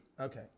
Okay